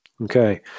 Okay